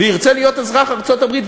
וירצה להיות אזרח ארצות-הברית,